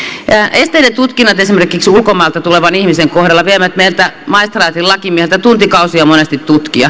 esteiden tutkinnat esimerkiksi ulkomailta tulevan ihmisen kohdalla vievät meiltä maistraatin lakimiehiltä monesti tuntikausia